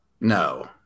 no